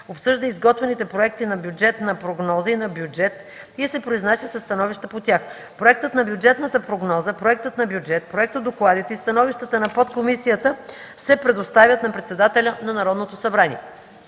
обсъжда изготвените проекти на бюджетна прогноза и на бюджет и се произнася със становища по тях. Проектът на бюджетната прогноза, проектът на бюджет, проектодокладите и становищата на подкомисията се предоставят на председателя на Народното събрание.